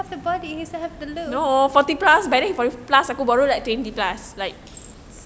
have the body he still have the look